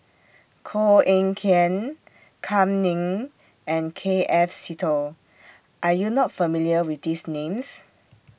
Koh Eng Kian Kam Ning and K F Seetoh Are YOU not familiar with These Names